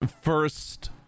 first